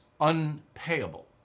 unpayable